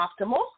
optimal